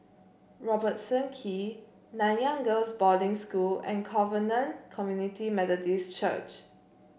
Robertson Quay Nanyang Girls' Boarding School and Covenant Community Methodist Church